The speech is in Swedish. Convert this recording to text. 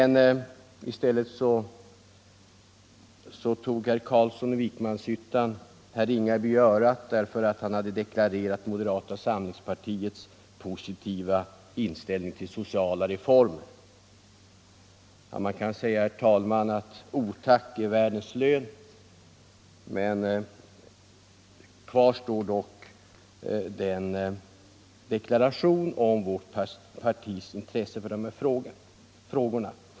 Men i stället tog herr Carlsson i Vikmanshyttan herr Ringaby i örat därför att denne hade deklarerat moderata samlingspartiets positiva inställning till sociala reformer. Man kan, herr talman, säga att otack är världens lön. Kvarstår dock deklarationen om vårt partis intresse för dessa frågor.